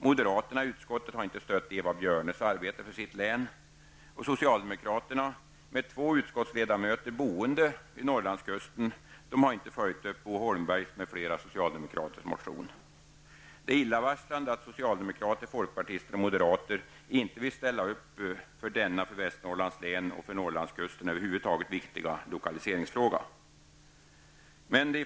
Moderaterna i utskottet har inte stött Eva Björnes arbete för sitt län, och socialdemokraterna -- med två utskottsledamöter boende vid Norrlandskusten -- har inte följt upp Bo Holmbergs m.fl. socialdemokraters motion. Det är illavarslande att socialdemokrater, folkpartister och moderater inte vill ställa upp för denna för Västernorrlands län och för Norrlandskusten över huvud taget viktiga lokaliseringsfråga.